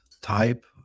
type